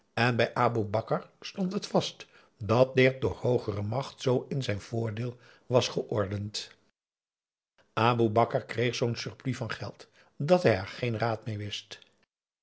en bij aboe bakar stond het vast dat dit door hoogere macht zoo in zijn voordeel was geordend aboe bakar kreeg zoo'n surplus van geld dat hij er geen raad mee wist